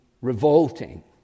revolting